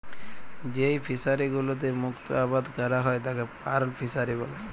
যেই ফিশারি গুলোতে মুক্ত আবাদ ক্যরা হ্যয় তাকে পার্ল ফিসারী ব্যলে